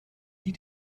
die